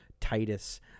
Titus